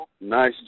nice